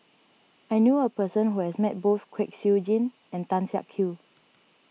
I knew a person who has met both Kwek Siew Jin and Tan Siak Kew